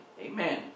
Amen